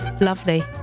lovely